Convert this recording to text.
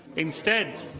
instead,